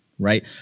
Right